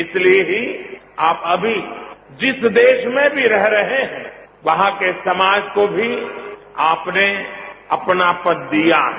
इसलिए ही आप अभी जिस देश में भी रह रहे हैं वहां के समाज को भी आपने अपनापन दिया है